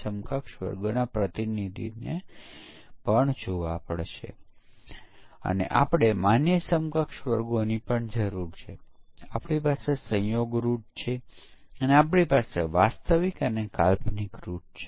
શરૂઆતમાં કેટલાક ભૂલો હોય છે અને આપણે એક પ્રકારનું ફિલ્ટર લાગુ કરીએ છીએ ચાલો આપણે કહીએ કે સમકક્ષ પાર્ટીશનિંગ બેઝ ટેસ્ટ અને પછી આપણે કેટલીક ભૂલો શોધી કાઢીએ જેમાં ફક્ત 20 30 ટકા જ બચી ગઈ છે